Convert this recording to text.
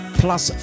plus